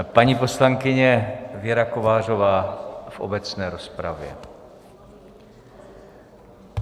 Paní poslankyně Věra Kovářová v obecné rozpravě.